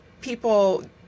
people